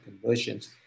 conversions